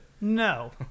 No